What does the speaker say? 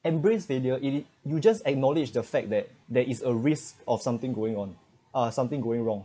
embrace failure it it you just acknowledge the fact that there is a risk of something going on uh something going wrong